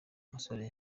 musore